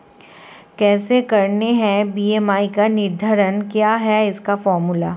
कैसे करते हैं बी.एम.आई का निर्धारण क्या है इसका फॉर्मूला?